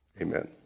Amen